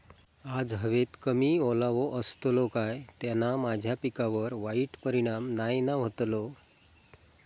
आज हवेत कमी ओलावो असतलो काय त्याना माझ्या पिकावर वाईट परिणाम नाय ना व्हतलो?